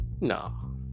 No